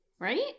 Right